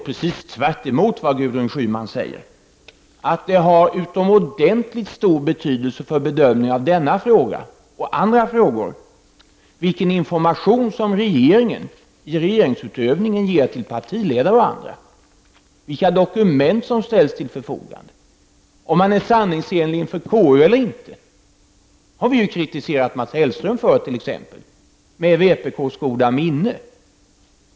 Precis tvärtemot vad Gudrun Schyman säger har det utomordentligt stor betydelse för bedömningen av denna fråga och andra frågor vilken information som regeringen i regeringens utövning ger till partiledare och andra, vilka dokument som ställs till förfogande, om man är sanningsenlig inför KU eller inte. Vi har t.ex. kritiserat Mats Hellström för detta, med vpk:s goda minne.